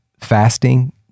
fasting